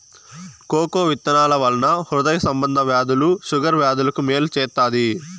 cocoa విత్తనాల వలన హృదయ సంబంధ వ్యాధులు షుగర్ వ్యాధులకు మేలు చేత్తాది